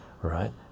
right